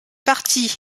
partie